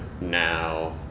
now